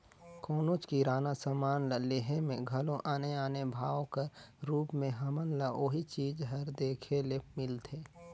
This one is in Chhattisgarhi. कोनोच किराना समान ल लेहे में घलो आने आने भाव कर रूप में हमन ल ओही चीज हर देखे ले मिलथे